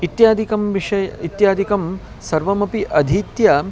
इत्यादिकं विषये इत्यादिकं सर्वमपि अधीत्य